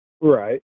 Right